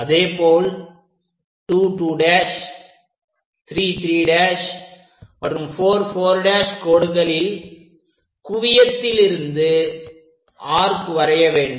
அதேபோல் 22'33' மற்றும் 44' கோடுகளில் குவியத்திலிருந்து ஆர்க் வரைய வேண்டும்